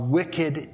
wicked